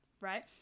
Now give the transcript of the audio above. right